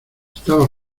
estaba